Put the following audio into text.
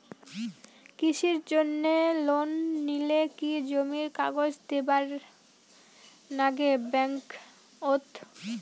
কৃষির জন্যে লোন নিলে কি জমির কাগজ দিবার নাগে ব্যাংক ওত?